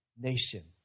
nation